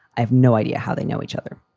i have no idea how they know each other.